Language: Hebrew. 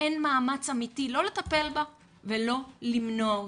אין מאמץ אמיתי לא לטפל בה ולא למנוע אותה,